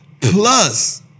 plus